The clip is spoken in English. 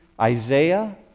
Isaiah